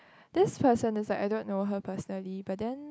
this person is like I don't know her personally but then